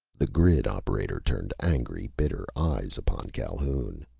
the grid operator turned angry, bitter eyes upon calhoun.